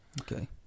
Okay